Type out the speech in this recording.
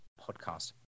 podcast